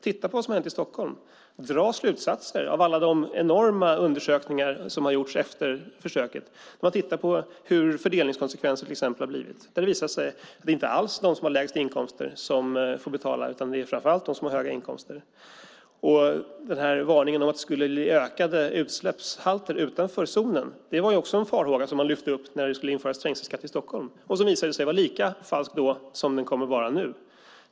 Titta på vad som har hänt i Stockholm! Dra slutsatser av alla de enorma undersökningar som har gjorts efter försöket! Om man till exempel tittar på hur fördelningskonsekvenserna har blivit kan man se att det inte alls är de som har lägst inkomster som får betala, utan det är framför allt de som har höga inkomster. Varningen att utsläppshalterna skulle öka utanför zonen var också en farhåga som man lyfte fram när det skulle införas trängselskatt i Stockholm. Det visade sig vara lika falskt då som det kommer att vara nu.